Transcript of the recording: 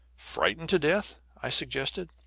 frightened to death? i suggested.